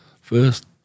first